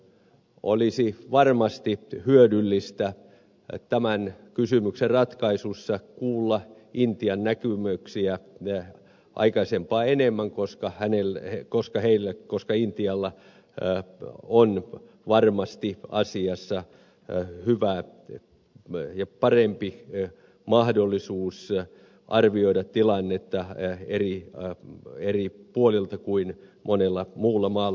olisi varmasti hyödyllistä tämän kysymyksen ratkaisussa kuulla intian näkemyksiä aikaisempaa enemmän koska intialla on varmasti asiassa parempi mahdollisuus arvioida tilannetta eri puolilta kuin monella muulla maalla